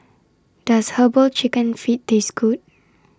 Does Herbal Chicken Feet Taste Good